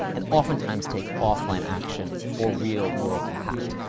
and oftentimes take offline action for real world impact.